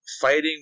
fighting